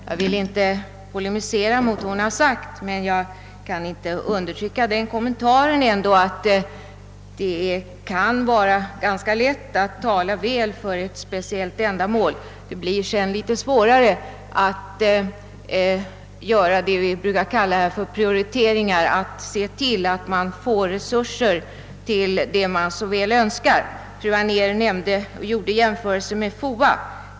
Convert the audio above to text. Jag vill inte polemisera mot det fru Anér har sagt, men jag kan ändå inte undertrycka den kommentaren, att det kan vara ganska lätt att tala väl för ett speciellt ändamål, men att det sedan blir svårare att göra det vi brukar kalla för prioriteringar — att se till att man får resurser till det man så gärna vill göra. Fru Anér gjorde jämförelser med FOA.